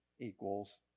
equals